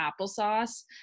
applesauce